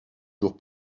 jours